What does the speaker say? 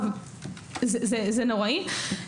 זה נוראי.